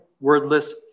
wordless